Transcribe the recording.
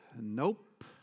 Nope